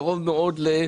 קרוב מאוד לדרכי גישה.